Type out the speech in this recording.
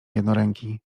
jednoręki